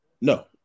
No